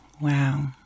Wow